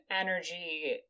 energy